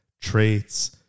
Traits